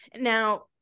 Now